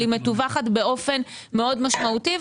אבל היא מטווחת באופן מאוד משמעותי.